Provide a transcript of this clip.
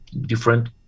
different